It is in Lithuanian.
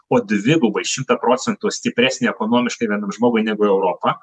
o dvigubai šimtą procentų stipresnė ekonomiškai vienam žmogui negu europa